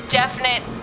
definite